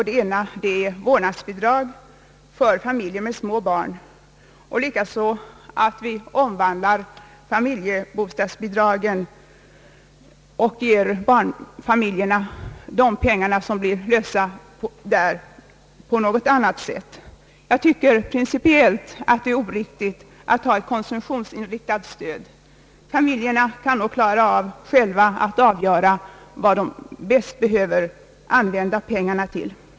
Det ena gäller vårdnadsbidrag för familjer med små barn och det andra att vi omvandlar familjebostadsbidragen och i någon annan form ger barnfamiljerna de pengar som där lösgöres. Jag tycker det är principiellt oriktigt att ha ett konsumtionsinriktat stöd. Familjerna kan själva avgöra vad de bäst behöver använda pengarna till.